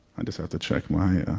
i just have to check my, yeah